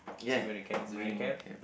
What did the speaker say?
yeah he's wearing a cap